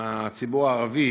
מהציבור הערבי,